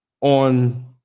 on